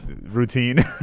routine